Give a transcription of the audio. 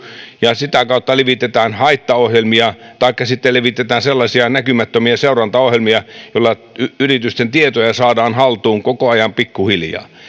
ja sitä kautta levitetään haittaohjelmia taikka sitten levitetään sellaisia näkymättömiä seurantaohjelmia joilla yritysten tietoja saadaan haltuun koko ajan pikkuhiljaa